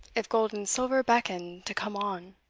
if gold and silver beckon to come on.